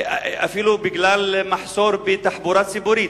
אפילו בגלל מחסור בתחבורה ציבורית.